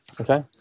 Okay